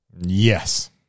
yes